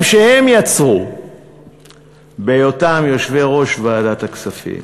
שהם יצרו בהיותם יושבי-ראש ועדת הכספים.